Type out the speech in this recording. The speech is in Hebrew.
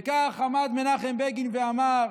וכך עמד מנחם בגין ואמר: